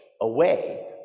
away